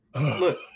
Look